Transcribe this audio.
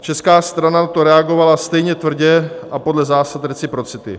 Česká strana na to reagovala stejně tvrdě a podle zásad reciprocity.